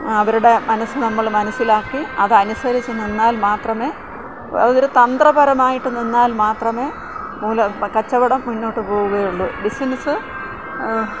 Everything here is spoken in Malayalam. അവരുടെ മനസ്സ് നമ്മൾ മനസ്സിലാക്കി അത് അനുസരിച്ചു നിന്നാൽ മാത്രമേ അതൊരു തന്ത്രപരമായിട്ട് നിന്നാൽ മാത്രമേ മൂല കച്ചവടം മുന്നോട്ടു പോവുകയുള്ളൂ ബിസിനസ്